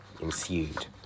ensued